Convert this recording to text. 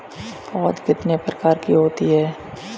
पौध कितने प्रकार की होती हैं?